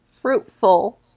fruitful